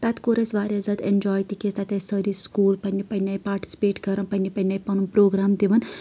تَتہِ کوٚر اَسہِ واریاہ زیادٕ اینجاے تِکیازِ تَتہِ ٲسۍ سٲری سکوٗل پَنٕنہِ پَنٕنہِ آیہِ پارٹِسِپیٹ کران پَنٕنہِ پَنٕنہِ آیہِ پنن پروگرام دِوان